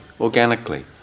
organically